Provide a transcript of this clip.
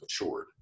matured